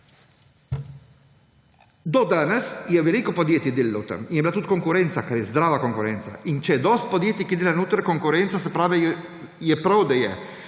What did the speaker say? Do danes je veliko podjetij delalo v tem in je bila tudi konkurenca, kar je, zdrava konkurenca. In če je dosti podjetji, ki dela notri konkurenco, se pravi,